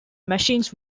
machines